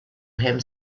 him